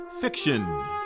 fiction